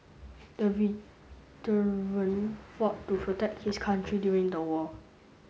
the veteran fought to protect his country during the war